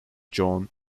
john